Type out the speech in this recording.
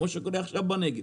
כמו שקורה עכשיו בנגב.